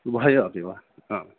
उभयम् अपि वा आम्